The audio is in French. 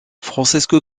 francesco